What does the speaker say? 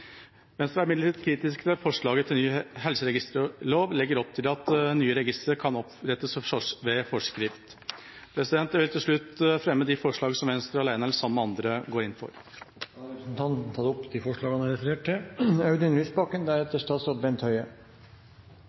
Venstre er imidlertid kritisk til at en i forslaget til ny helseregisterlov legger opp til at nye registre kan opprettes ved forskrift. Jeg vil til slutt fremme de forslag som Venstre alene eller sammen med andre går inn for. Representanten Ketil Kjenseth har tatt opp de forslagene han refererte til. Det er i utgangspunktet en svært positiv sak vi behandler i dag. Vi har